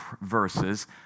verses